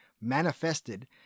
manifested